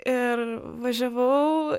ir važiavau